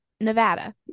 nevada